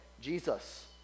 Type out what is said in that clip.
Jesus